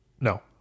No